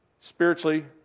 spiritually